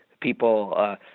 people